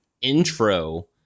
intro